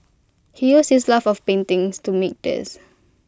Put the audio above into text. he used his love of paintings to make these